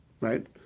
Right